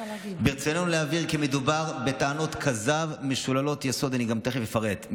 ברצוננו להבהיר כי מדובר בטענות כזב משוללות יסוד" אני גם תכף אפרט.